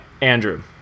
Andrew